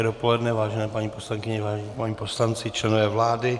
Hezké dopoledne, vážené paní poslankyně, vážení páni poslanci, členové vlády.